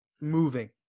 moving